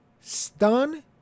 stun